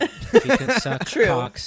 True